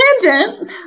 tangent